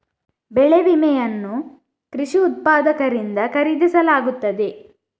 ಬೆಳೆ ವಿಮೆಯನ್ನು ಕೃಷಿ ಉತ್ಪಾದಕರಿಂದ ಖರೀದಿಸಲಾಗುತ್ತದೆ